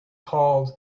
called